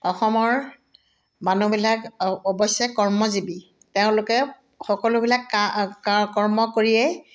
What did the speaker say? অসমৰ মানুহবিলাক অৱশ্যে কৰ্মজীৱী তেওঁলোকে সকলোবিলাক কৰ্ম কৰিয়েই